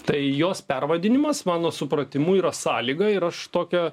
tai jos pervadinimas mano supratimu yra sąlyga ir aš tokią